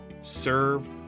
serve